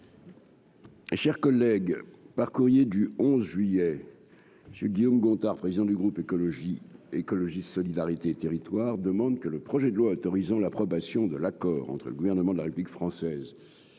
Chers collègues par courrier du 11 juillet je Guillaume Gontard, président du groupe, écologie, écologie, solidarité territoires demande que le projet de loi autorisant l'approbation de l'accord entre le gouvernement de la République française et le gouvernement de l'État du Qatar